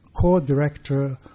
co-director